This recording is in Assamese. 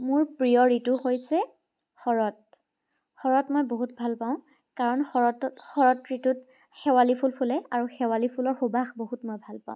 মোৰ প্ৰিয় ঋতু হৈছে শৰত শৰত মই বহুত ভাল পাওঁ কাৰণ শৰতত শৰত ঋতুত শেৱালি ফুল ফুলে আৰু শেৱালি ফুলৰ সুবাস মই বহুত ভাল পাওঁ